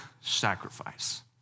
sacrifice